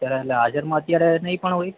અચ્છા એટલે હાજરમાં અત્યારે નહીં પણ હોય